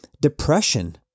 depression